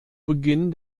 beginn